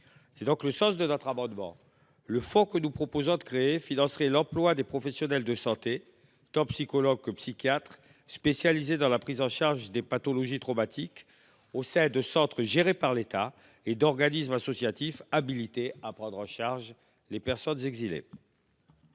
est le sens de notre amendement : le fonds que nous proposons d’instituer financerait l’emploi de professionnels de santé, tant psychologues que psychiatres, spécialisés dans la prise en charge des pathologies traumatiques, au sein de centres gérés par l’État et d’organismes associatifs habilités à prendre en charge les personnes exilées.